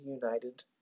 united